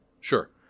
Sure